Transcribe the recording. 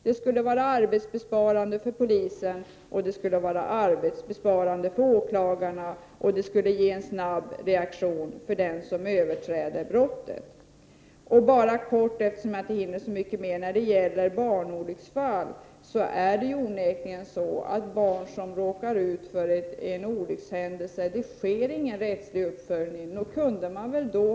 Det skulle vara arbetsbesparande för polisen och för åklagarna, och det skulle innebära en snabb reaktion mot dem som överträder lagen. Jag vill helt kort tillägga något om barnolycksfall, eftersom jag inte hinner säga mer. Det sker ingen rättslig uppföljning när det gäller barn som råkar ut för en olyckshändelse.